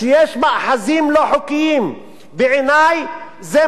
בעיני זה מכשיר התנחלויות שהן כביכול חוקיות.